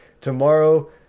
tomorrow